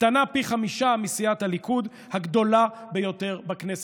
קטנה פי חמישה מסיעת הליכוד, הגדולה ביותר בכנסת.